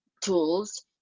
tools